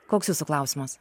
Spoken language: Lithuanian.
koks jūsų klausimas